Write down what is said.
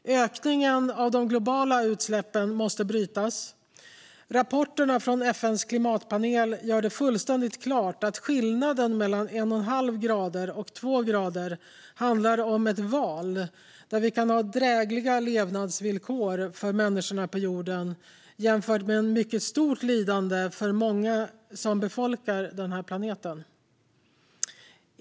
Ökningen av de globala utsläppen måste brytas. Rapporterna från FN:s klimatpanel gör fullständigt klart att skillnaden mellan 1,5 grader och 2 grader handlar om ett val mellan drägliga levnadsvillkor för människorna på jorden och ett mycket stort lidande för många som befolkar den här planeten.